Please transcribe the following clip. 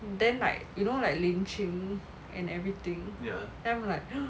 then like you know like lynching and everything then I'm like